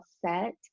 set